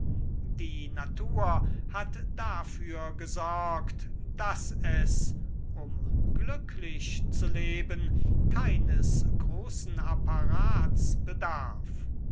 die natur hat dafür gesorgt daß es um glücklich zu leben keines großen apparats bedarf